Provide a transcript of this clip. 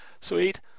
Sweet